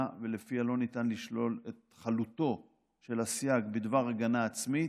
שלפיה לא ניתן לשלול את חלותו של הסייג בדבר הגנה עצמית,